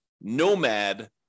nomad